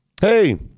Hey